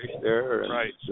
Right